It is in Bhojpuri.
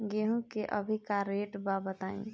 गेहूं के अभी का रेट बा बताई?